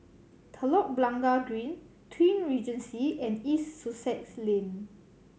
Telok Blangah Green Twin Regency and East Sussex Lane